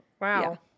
wow